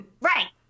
right